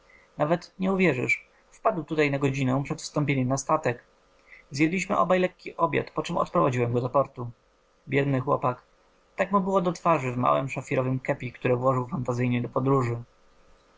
nawet nie uwierzysz wpadł tutaj na godzinę przed wstąpieniem na statek zjedliśmy obaj lekki obiad poczem odprowadziłem go do portu biedny chłopak tak mu było do twarzy w małem szafirowem kepi które włożył fantazyjnie do podróży